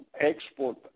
export